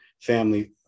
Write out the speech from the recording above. family